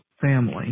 family